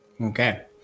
Okay